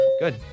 Good